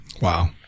Wow